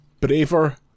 braver